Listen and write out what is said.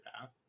path